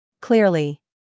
Clearly